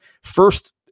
First